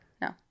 No